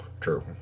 true